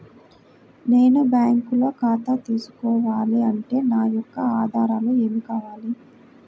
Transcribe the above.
నేను బ్యాంకులో ఖాతా తీసుకోవాలి అంటే నా యొక్క ఆధారాలు ఏమి కావాలి?